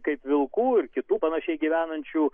kaip vilkų ir kitų panašiai gyvenančių